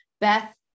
Beth